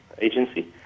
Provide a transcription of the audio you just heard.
agency